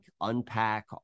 unpack